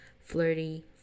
flirty